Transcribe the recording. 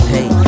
Hey